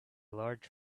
large